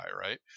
right